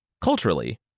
Culturally